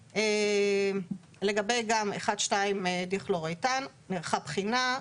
לגבי 1,2 דיכלורואתאן נערכה בחינה.